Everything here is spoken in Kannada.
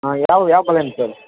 ಹಾಂ ಯಾವ ಯಾವ ಕಾಲೋನಿ ಸರ್